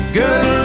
good